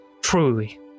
Truly